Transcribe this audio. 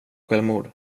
självmord